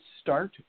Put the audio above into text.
start